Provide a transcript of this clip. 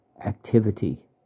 activity